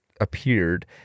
appeared